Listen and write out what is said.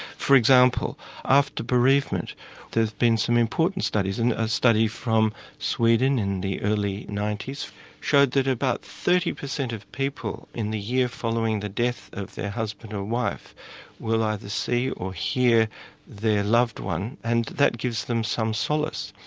for example after bereavement there's been some important studies, a ah study of sweden in the early ninety s showed that about thirty percent of people in the year following the death of their husband or wife will either see or hear their loved one and that gives them some solace.